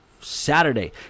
Saturday